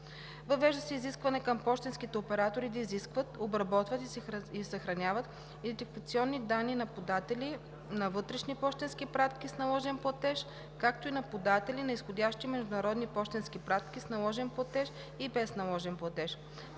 Въвежда се изискване към пощенските оператори да изискват, обработват и съхраняват идентификационни данни на податели на вътрешни пощенски пратки с наложен платеж, както и на податели на изходящи международни пощенски пратки с наложен платеж и без наложен платеж.